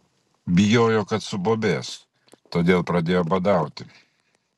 bijojo kad subobės todėl pradėjo badauti